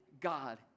God